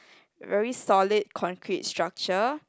very solid concrete structure